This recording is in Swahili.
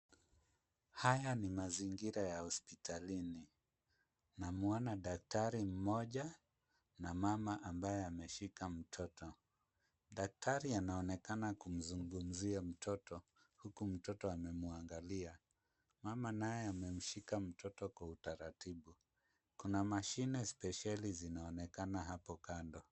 Haya ni mazingira ya hospitalini, namuona daktari mmoja na mama amabye ameshika mtoto, daktari anaonekana kumzungumzia mtoto, huku mtoto amemwangalia, mama naye amemshika mtoto kwa utaratibu, kuna mashine spesheli zinaonekana hapo kando.